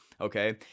Okay